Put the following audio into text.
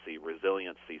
resiliency